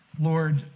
Lord